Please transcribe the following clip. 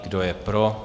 Kdo je pro?